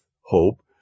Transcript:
hope